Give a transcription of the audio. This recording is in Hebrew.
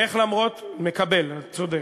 מקבל, צודק.